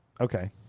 Okay